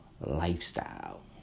Lifestyle